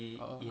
uh